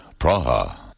Praha